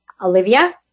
Olivia